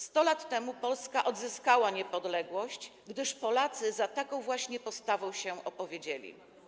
100 lat temu Polska odzyskała niepodległość, gdyż Polacy za taką właśnie postawą się opowiedzieli.